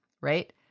right